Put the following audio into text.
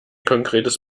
konkretes